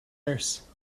nurse